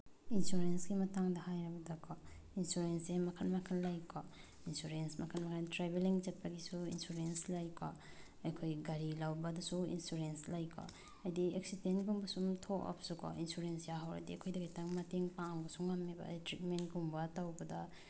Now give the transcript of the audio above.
ꯏꯟꯁꯨꯔꯦꯟꯁꯀꯤ ꯃꯇꯥꯡꯗ ꯍꯥꯏꯔꯕꯗꯀꯣ ꯏꯟꯁꯨꯔꯦꯟꯁꯁꯦ ꯃꯈꯟ ꯃꯈꯟ ꯂꯩꯀꯣ ꯏꯟꯁꯨꯔꯦꯟꯁ ꯃꯈꯟ ꯃꯈꯟ ꯇ꯭ꯔꯦꯕꯦꯂꯤꯡ ꯆꯠꯄꯒꯤꯁꯨ ꯏꯟꯁꯨꯔꯦꯟꯁ ꯂꯩꯀꯣ ꯑꯩꯈꯣꯏ ꯒꯥꯔꯤ ꯂꯧꯕꯗꯁꯨ ꯏꯟꯁꯨꯔꯦꯟꯁ ꯂꯩꯀꯣ ꯍꯥꯏꯗꯤ ꯑꯦꯛꯁꯤꯗꯦꯟꯒꯨꯝꯕ ꯁꯨꯝ ꯊꯣꯛꯑꯕꯁꯨꯀꯣ ꯏꯟꯁꯨꯔꯦꯟꯁ ꯌꯥꯎꯍꯧꯔꯗꯤ ꯑꯩꯈꯣꯏꯗ ꯈꯤꯇꯪ ꯃꯇꯦꯡ ꯄꯥꯡꯕꯁꯨ ꯉꯝꯃꯦꯕ ꯇ꯭ꯔꯤꯠꯃꯦꯟꯒꯨꯝꯕ ꯇꯧꯕꯗ